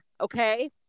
okay